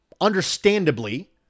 understandably